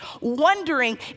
wondering